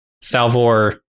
Salvor